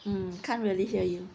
hmm can't really hear you